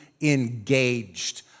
engaged